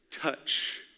touch